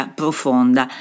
profonda